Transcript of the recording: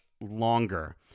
longer